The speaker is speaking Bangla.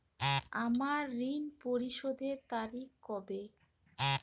আমার ঋণ পরিশোধের তারিখ কবে?